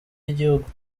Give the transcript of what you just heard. y’igihugu